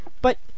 But